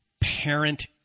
parent